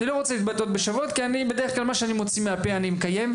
אני לא רוצה להתבטא בשבועות כי בדרך כלל מה שאני מוציא מהפה אני מקיים.